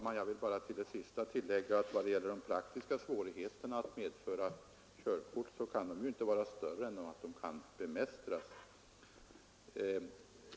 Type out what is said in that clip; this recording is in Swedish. Fru talman! De praktiska svårigheterna att medföra körkort kan väl inte vara större än att de bör kunna bemästras.